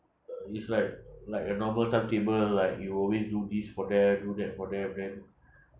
uh it's like like a normal timetable like you always do this for them do that for them then